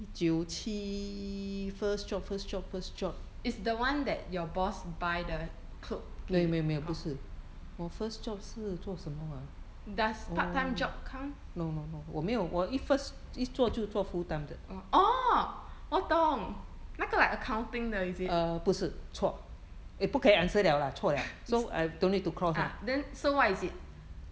is the one that your boss buy the does part time job count orh 我懂那个 like accounting 的 is it is ah then so what is it